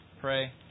pray